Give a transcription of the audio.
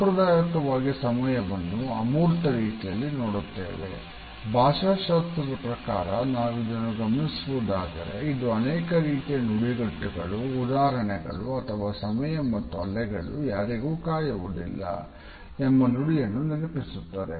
ಸಾಂಪ್ರದಾಯಿಕವಾಗಿ ಸಮಯವನ್ನು ಅಮೂರ್ತ ಎಂಬ ನುಡಿಯನ್ನು ನೆನಪಿಸುತ್ತದೆ